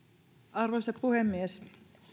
arvoisa puhemies